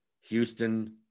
Houston